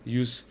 use